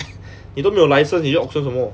你都都没有 license 你要 auction 什么